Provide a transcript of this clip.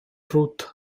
truth